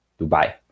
Dubai